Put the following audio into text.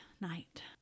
night